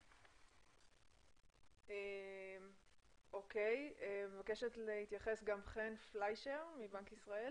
חן פליישר מבנק ישראל